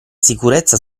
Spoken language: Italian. sicurezza